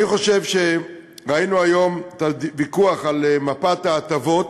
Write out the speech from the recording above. אני חושב שראינו היום את הוויכוח על מפת ההטבות,